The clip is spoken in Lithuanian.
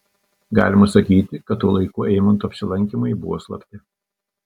galima sakyti kad tuo laiku eimanto apsilankymai buvo slapti